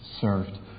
served